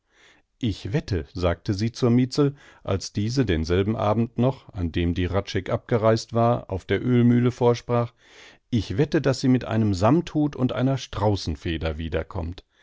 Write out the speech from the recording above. ich wette sagte sie zur mietzel als diese denselben abend noch an dem die hradscheck abgereist war auf der ölmühle vorsprach ich wette daß sie mit einem sammthut und einer straußenfeder wiederkommt